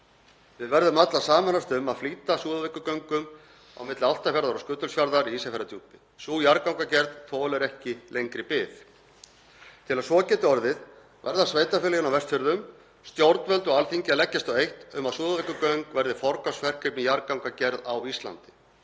Við verðum öll að sameinast um að flýta Súðavíkurgöngum á milli Álftafjarðar og Skutulsfjarðar í Ísafjarðardjúpi. Sú jarðgangagerð þolir ekki lengri bið. Til að svo geti orðið verða sveitarfélögin á Vestfjörðum, stjórnvöld og Alþingi að leggjast á eitt um að Súðavíkurgöng verði forgangsverkefni í jarðgangagerð á Íslandi,